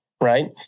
Right